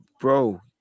Bro